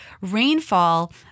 rainfall